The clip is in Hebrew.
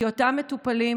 כי אותם מטופלים,